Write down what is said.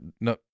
No